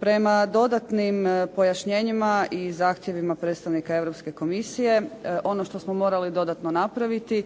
Prema dodatnim pojašnjenjima i zahtjevima predstavnika Europske komisije, ono što smo morali dodatno napraviti